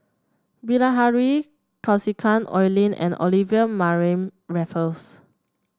Bilahari Kausikan Oi Lin and Olivia Mariamne Raffles